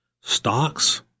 stocks